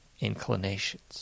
inclinations